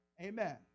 Amen